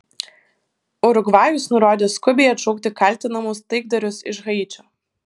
urugvajus nurodė skubiai atšaukti kaltinamus taikdarius iš haičio